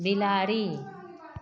बिलाड़ि